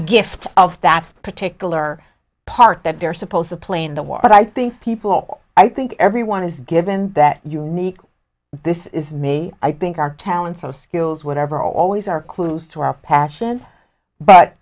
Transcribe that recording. gift of that particular part that they're supposed to play in the war but i think people i think everyone is given that unique this is me i think our talents and skills whatever always are clues to our passion but